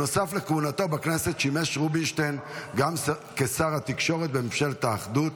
נוסף לכהונתו בכנסת שימש רובינשטיין גם שר התקשורת בממשלת האחדות,